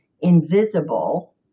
invisible